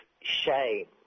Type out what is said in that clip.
shame